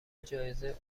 جایزه